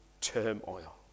turmoil